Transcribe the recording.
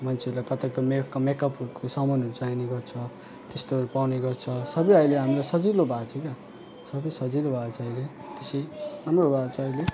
मान्छेहरूलाई कताको मे मेकअपहरूको सामानहरू चाहिने गर्छ त्यस्तो पाउने गर्छ सबै अहिले हामीलाई सजिलो भएको छ क्या हो सबै सजिलो भएको छ अहिले चाहिँ राम्रो भएको छ अहिले